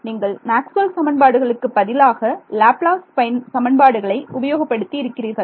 நீங்கள் மேக்ஸ்வெல் சமன்பாடுகளுக்கு பதிலாக லேப்லாஸ் சமன்பாடுகளை உபயோகப்படுத்தி இருக்கிறீர்கள்